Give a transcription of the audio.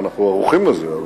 אנחנו ערוכים לזה.